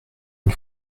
une